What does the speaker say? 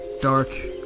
dark